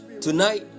tonight